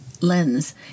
lens